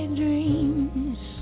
dreams